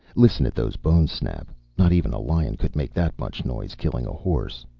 listen at those bones snap not even a lion could make that much noise killing a horse.